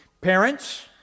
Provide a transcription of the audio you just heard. Parents